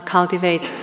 Cultivate